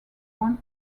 one